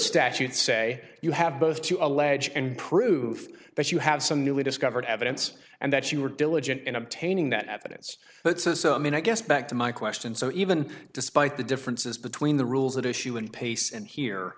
statutes say you have both to allege and prove that you have some newly discovered evidence and that she were diligent in obtaining that evidence but i mean i guess back to my question so even despite the differences between the rules at issue and pace and here